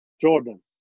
Jordan